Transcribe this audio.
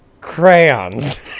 crayons